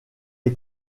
est